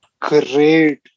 great